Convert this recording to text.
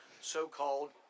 so-called